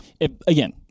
again